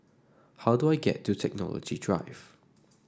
how do I get to Technology Drive